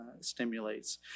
stimulates